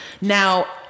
Now